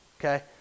okay